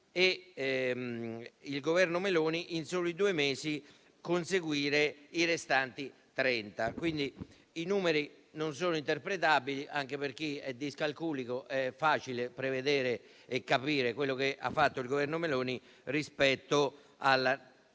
e il Governo Meloni in soli due mesi conseguire i restanti trenta. I numeri non sono interpretabili. Anche per chi è discalculico è facile capire quello che ha fatto il Governo Meloni rispetto alla